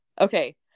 okay